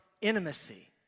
intimacy